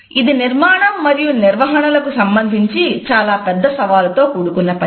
ఇది నిర్మాణం మరియు నిర్వహణలకు సంబంధించి చాలా పెద్ద సవాలుతో కూడుకున్న పని